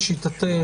לשיטתך,